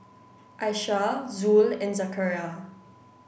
Aisyah Zul and Zakaria